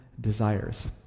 desires